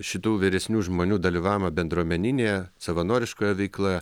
šitų vyresnių žmonių dalyvavimą bendruomeninėje savanoriškoje veikloje